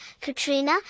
Katrina